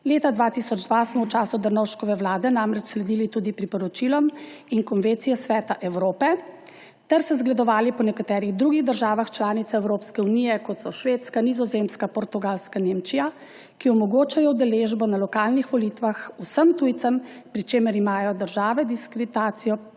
Leta 2002 smo v času Drnovškove vlade namreč sledili tudi priporočilom in konvencijam Sveta Evrope ter se zgledovali po nekaterih drugih državah članicah Evropske unije, kot so Švedska, Nizozemska, Portugalska, Nemčija, ki omogočajo udeležbo na lokalnih volitvah vsem tujcem, pri čemer imajo države diskrecijsko